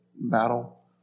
battle